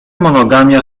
monogamia